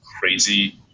crazy